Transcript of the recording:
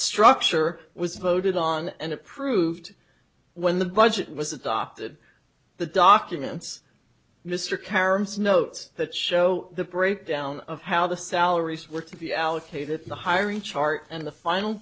structure was voted on and approved when the budget was adopted the documents mr caroms notes that show the breakdown of how the salaries were to be allocated in the hiring chart and the final